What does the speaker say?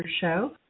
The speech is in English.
show